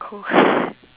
oh